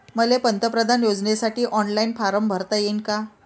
मले पंतप्रधान योजनेसाठी ऑनलाईन फारम भरता येईन का?